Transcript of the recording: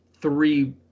three